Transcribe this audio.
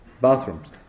Bathrooms